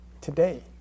today